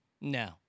No